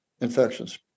infections